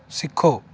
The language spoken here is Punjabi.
ਸਿੱਖੋ